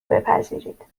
بپذیرید